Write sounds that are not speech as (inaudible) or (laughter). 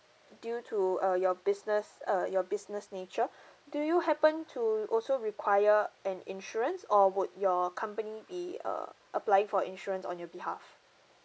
due to uh your business uh your business nature (breath) do you happen to also require an insurance or would your company be uh applying for insurance on your behalf